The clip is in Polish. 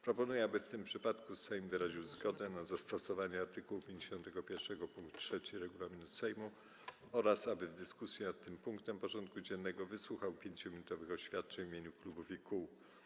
Proponuję, aby w tym przypadku Sejm wyraził zgodę na zastosowanie art. 51 pkt 3 regulaminu Sejmu oraz aby w dyskusji nad tym punktem porządku dziennego wysłuchał 5-minutowych oświadczeń w imieniu klubów i kół.